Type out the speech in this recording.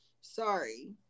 Sorry